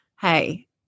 hey